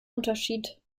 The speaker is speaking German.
unterschied